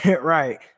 Right